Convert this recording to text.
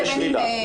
יש שלילה.